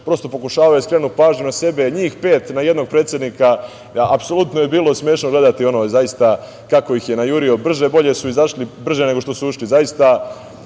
prosto pokušavaju da skrenu pažnju na sebe. Njih pet na jednog predsednika, apsolutno je bilo smešno gledati ono, zaista, kako ih je najuri. Brže bolje su izašli, brže nego što su